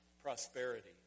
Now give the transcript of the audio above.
prosperity